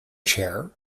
chair